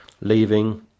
leaving